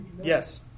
Yes